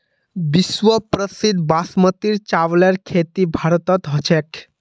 विश्व प्रसिद्ध बासमतीर चावलेर खेती भारतत ह छेक